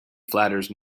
flatters